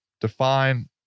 define